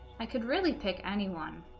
i could really pick anyone